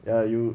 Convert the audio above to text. ya you